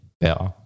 better